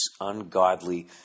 ungodly